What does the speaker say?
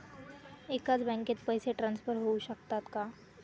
एकाच बँकेत पैसे ट्रान्सफर होऊ शकतात का?